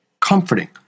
comforting